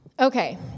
Okay